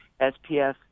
SPF